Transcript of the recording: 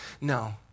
No